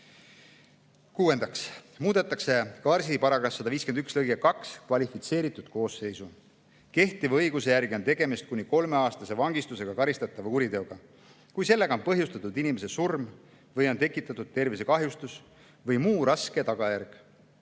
Kuuendaks muudetakse KarS-i § 151 lõikes 2 sätestatud [karistus]koosseisu. Kehtiva õiguse järgi on tegemist kuni kolmeaastase vangistusega karistatava kuriteoga, kui sellega on põhjustatud inimese surm või tekitatud tervisekahjustus või muu raske tagajärg